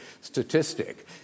statistic